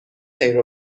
خیر